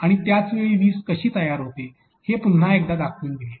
आणि त्याचवेळी वीज कशी तयार होते हे पुन्हा एकदा दाखवून दिले